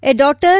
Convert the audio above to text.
A daughter